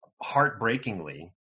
heartbreakingly